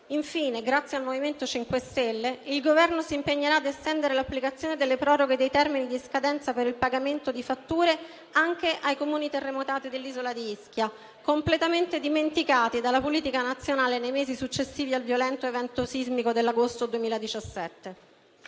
Infine, grazie al MoVimento 5 Stelle, il Governo si impegnerà a estendere l'applicazione delle proroghe dei termini di scadenza per il pagamento di fatture anche ai Comuni terremotati dell'isola di Ischia, completamente dimenticati dalla politica nazionale nei mesi successivi al violento evento sismico dell'agosto 2017.